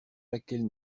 laquelle